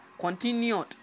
continued